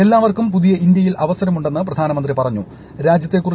എല്ലാവർക്കും പുതിയ ഇന്ത്യയിൽ അവസരമുണ്ടെന്ന് പ്രധാനമന്ത്രി പറഞ്ഞു